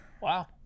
Wow